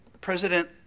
President